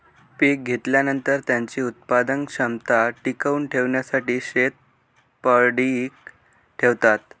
पीक घेतल्यानंतर, त्याची उत्पादन क्षमता टिकवून ठेवण्यासाठी शेत पडीक ठेवतात